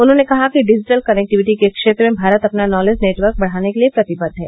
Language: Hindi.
उन्होंने कहा कि डिजिटल कनेक्टिविटी के क्षेत्र में भारत अपना नॉलेज नेटवर्क बढ़ाने के लिये प्रतिबद्ध है